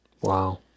Wow